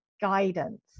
guidance